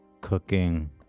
Cooking